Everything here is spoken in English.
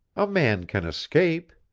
a man can escape.